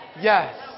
yes